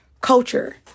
culture